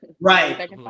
Right